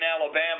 Alabama